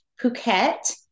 Phuket